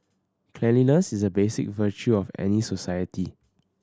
cleanliness is a basic virtue of any society